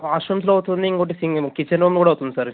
wash రూమ్స్లో అవుతుంది ఇంకోటి సింక్ కిచెన్లోని కూడా అవుతుంది సార్